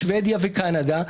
שבדיה וקנדה,